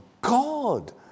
God